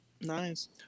Nice